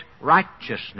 righteousness